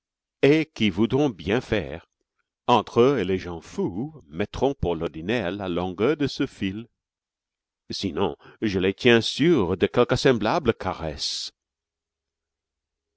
et qui voudront bien faire entre eux et les gens fous mettront pour l'ordinaire la longueur de ce fil sinon je les tiens sûrs de quelque semblable caresse